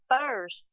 first